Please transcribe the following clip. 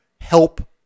help